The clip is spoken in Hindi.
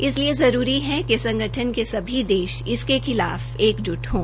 इसलिए जरूरी है कि संगठन के सभी देश इसके खिलाफ एकजुट हों